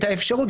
את האפשרות,